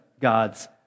God's